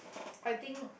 I think